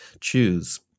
choose